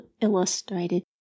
illustrated